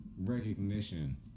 recognition